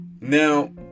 Now